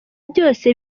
byose